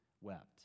wept